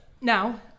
Now